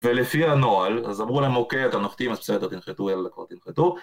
ולפי הנוהל, אז אמרו להם, אוקיי, אתה נוחתים, אז בסדר, תנחתו, יאללה כבר תנחתו